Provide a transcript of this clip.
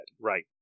Right